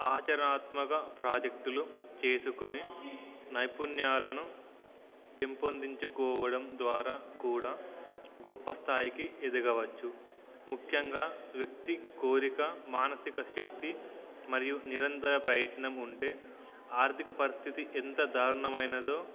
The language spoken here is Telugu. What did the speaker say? ఆచణత్మక ప్రాజెక్టులు చేసుకుని నైపుణ్యాలను పెంపొందించుకోవడం ద్వారా కూడా గొప్ప స్థాయికి ఎదగవచ్చు ముఖ్యంగా వ్యక్తి కోరిక మానసిక శక్తి మరియు నిరంతర ప్రయత్నం ఉంటే ఆర్థిక పరిస్థితి ఎంత దారుణమైనదో